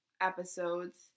episodes